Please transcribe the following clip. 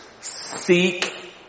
Seek